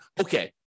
Okay